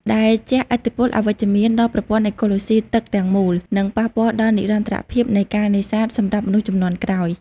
ដែលជះឥទ្ធិពលអវិជ្ជមានដល់ប្រព័ន្ធអេកូឡូស៊ីទឹកទាំងមូល និងប៉ះពាល់ដល់និរន្តរភាពនៃការនេសាទសម្រាប់មនុស្សជំនាន់ក្រោយ។